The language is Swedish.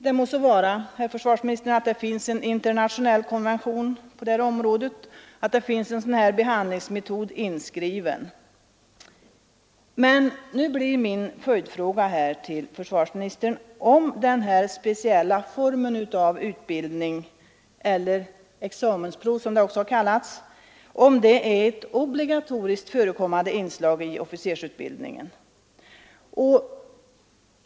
Det må så vara, herr försvarsminister, att det finns en internationell konvention på detta område, där en sådan behandlingsmetod är inskriven, men min följdfråga till försvarsministern blir nu om denna speciella form av ”utbildning” — eller examensprov som det också har kallats — är ett obligatoriskt förekommande inslag i officersutbildningen.